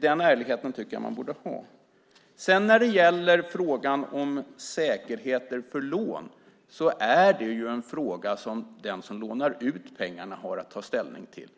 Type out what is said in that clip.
Den ärligheten tycker jag att man borde ha. Frågan om säkerheter för lån är något som den som lånar ut pengar har att ta ställning till.